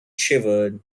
shivered